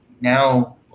Now